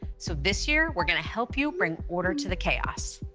so this year, we're gonna help you bring order to the chaos.